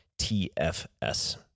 TFS